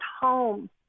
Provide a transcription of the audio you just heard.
home